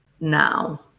now